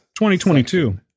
2022